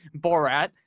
Borat